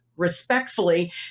respectfully